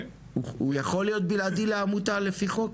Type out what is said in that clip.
הוא יכול להיות בלעדי לעמותה לפי חוק?